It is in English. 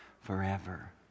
forever